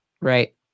Right